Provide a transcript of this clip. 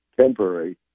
temporary